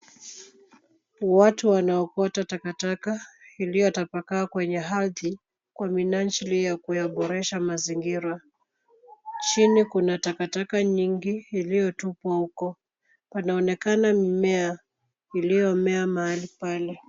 Watu wanaokota takataka iliyotapakaa kwenye ardhi kwa minajili ya kuyaboresha mazingira. Chini kuna takataka nyingi iliyotupwa huko. Panaonekana mimea iliyomea mahali pale.